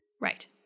Right